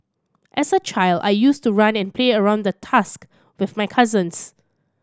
as a child I used to run and play around the tusk with my cousins